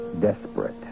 desperate